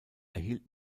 erhielt